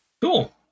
Cool